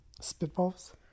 Spitballs